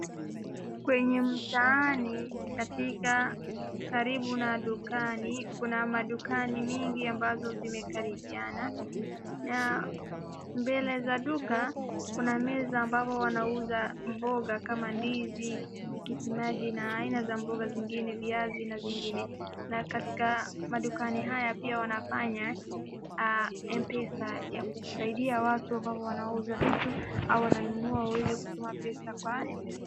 Kwenye mtaani katika karibu na dukani, kuna madukani mingi ambazo zimekaribiana, na mbele za duka, kuna meza ambazo wanauza mboga kama ndizi, tikiti maji na aina za mboga zingine, viazi na zingine, na katika madukani haya pia wanafanya M-pesa ya kusaidia watu ambavyo wanauza vitu au wanaonunua waweze kutuma pesa M-pesa.